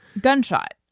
gunshot